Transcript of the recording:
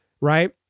right